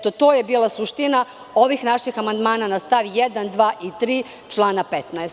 To je bila suština ovih naših amandmana na stav 1,2, i 3. člana 15.